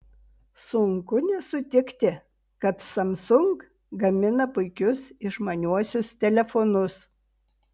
sunku nesutikti kad samsung gamina puikius išmaniuosius telefonus